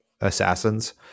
assassins